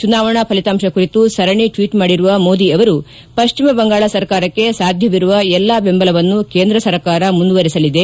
ಚುನಾವಣಾ ಫಲಿತಾಂಶ ಕುರಿತು ಸರಣಿ ಟ್ವೀಟ್ ಮಾಡಿರುವ ಮೋದಿ ಅವರು ಪಶ್ಚಿಮ ಬಂಗಾಳ ಸರ್ಕಾರಕ್ಕೆ ಸಾಧ್ಯವಿರುವ ಎಲ್ಲ ಬೆಂಬಲವನ್ನು ಕೇಂದ್ರ ಸರ್ಕಾರ ಮುಂದುವರೆಸಲಿದೆ